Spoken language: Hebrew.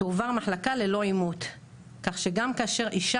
תועבר מחלקה ללא עימות כך שגם כאשר אישה